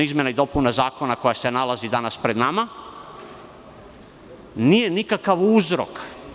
Izmena i dopuna zakona koja se nalazi danas pred nama nije nikakav uzrok.